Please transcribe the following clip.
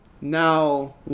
now